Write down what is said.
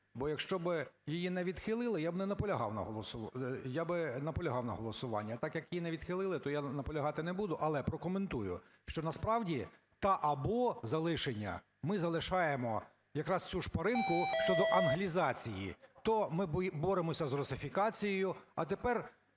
Бо, якщо б її не відхилили, я би не наполягав… Я би наполягав на голосуванні. А так, як її не відхилили, то я наполягати не буду, але прокоментую. Що насправді "та/або" залишення, ми залишаємо якраз цю шпаринку щодо англізації. То ми боремося з русифікацією, а тепер